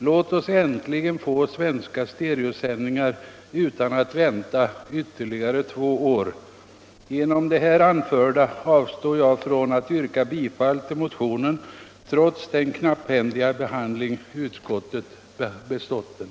Låt oss äntligen få svenska stereosändningar utan att vänta ytterligare två år! Jag avstår från att yrka bifall till motionen, trots den knapphändiga behandling utskottet bestått den.